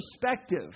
perspective